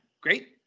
great